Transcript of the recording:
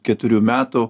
keturių metų